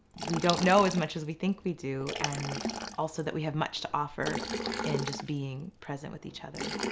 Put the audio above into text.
we don't know as much as we think we do and also that we have much to offer in just being present with each other.